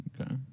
Okay